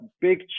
big